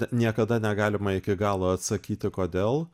niekada negalima iki galo atsakyti kodėl